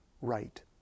right